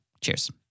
Cheers